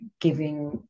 giving